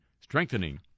strengthening